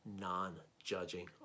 non-judging